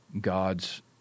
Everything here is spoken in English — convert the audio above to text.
God's